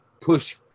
push